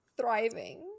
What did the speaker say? thriving